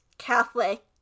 Catholic